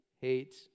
hate